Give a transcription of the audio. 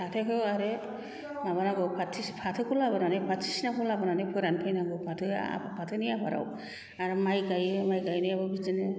फाथोखौ आरो माबानांगौ फाथोखौ लाबोनानै फाथोसिनाखौ लाबोनानै फोरानफैनांगौ फाथोआ फाथोनि आबादआव आरो माइ गाइयो माइ गाइनायाव बिदिनो